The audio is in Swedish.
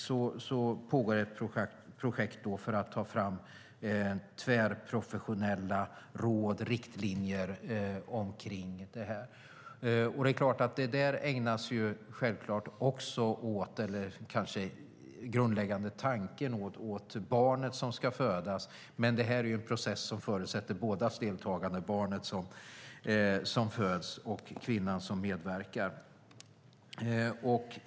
Det pågår ett projekt för att ta fram tvärprofessionella råd och riktlinjer. Där ägnas den grundläggande tanken åt barnet som ska födas, men det är en process som förutsätter bådas deltagande, det vill säga barnet som föds och kvinnan som medverkar.